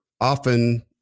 often